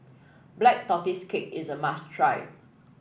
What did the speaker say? Black Tortoise Cake is a must try